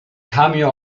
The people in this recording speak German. cameo